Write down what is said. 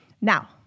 Now